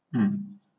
um